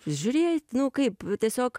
žiūrėt nu kaip tiesiog